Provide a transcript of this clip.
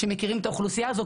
שמכירים את האוכלוסייה הזו.